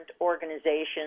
organizations